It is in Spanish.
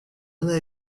una